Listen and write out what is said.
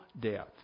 death